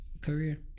career